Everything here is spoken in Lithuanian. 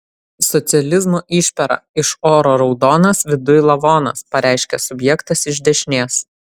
socializmo išpera iš oro raudonas viduj lavonas pareiškė subjektas iš dešinės